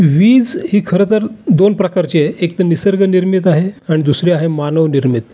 वीज ही खरं तर दोन प्रकारची आहे एक तर निसर्गनिर्मित आहे अन् दुसरी आहे मानवनिर्मित